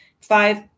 five